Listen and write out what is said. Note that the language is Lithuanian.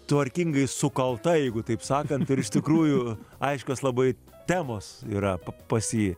tvarkingai sukalta jeigu taip sakant ir iš tikrųjų aiškios labai temos yra pas jį